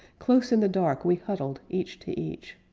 close in the dark we huddled, each to each,